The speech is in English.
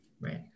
Right